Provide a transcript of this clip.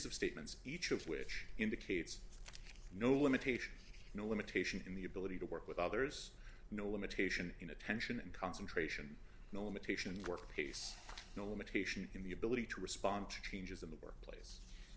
of statements each of which indicates no limitation no limitation in the ability to work with others no limitation in attention and concentration no limitation work pace no limitation in the ability to respond to changes in the work